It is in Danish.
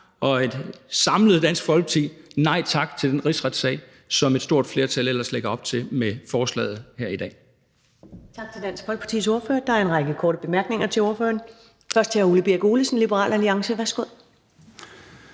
og samlet nej tak til den rigsretssag, som et stort flertal ellers lægger op til med forslaget her i dag.